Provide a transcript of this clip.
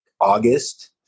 August